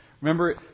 Remember